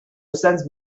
sense